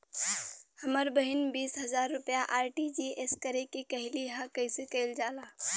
हमर बहिन बीस हजार रुपया आर.टी.जी.एस करे के कहली ह कईसे कईल जाला?